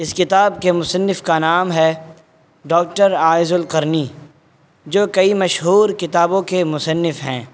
اس کتاب کے مصنف کا نام ہے ڈاکٹر عائض القرنی جو کئی مشہور کتابوں کے مصنف ہیں